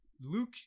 luke